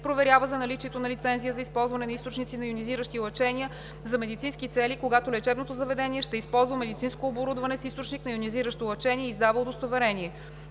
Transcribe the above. проверява за наличието на лицензия за използване на източници на йонизиращи лъчения за медицински цели, когато лечебното заведение ще използва медицинско оборудване с източник на йонизиращо лъчение, и издава удостоверение.